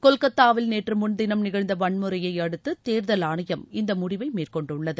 கொல்கத்தாவில் நேற்று முன்தினம் நிகழ்ந்த வன்முறையை அடுத்து தேர்தல் ஆணையம் இந்த முடிவை மேற்கொண்டுள்ளது